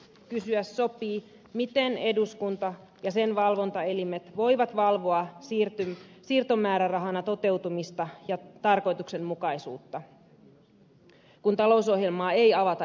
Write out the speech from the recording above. kysyä sopii miten eduskunta ja sen valvontaelimet voivat valvoa siirtomäärärahan toteutumista ja tarkoituksenmukaisuutta kun talousohjelmaa ei avata eduskunnalle